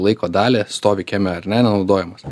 laiko dalį stovi kieme ar ne nenaudojamas